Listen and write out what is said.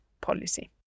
policy